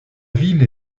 ville